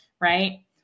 right